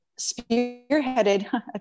spearheaded